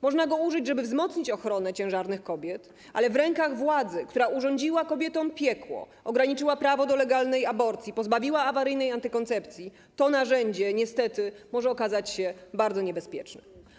Można go użyć, żeby wzmocnić ochronę ciężarnych kobiet, ale w rękach władzy, która urządziła kobietom piekło, ograniczyła prawo do legalnej aborcji, pozbawiła awaryjnej antykoncepcji, to narzędzie, niestety, może okazać się bardzo niebezpieczne.